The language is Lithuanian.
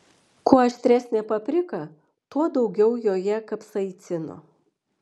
kuo aštresnė paprika tuo daugiau joje kapsaicino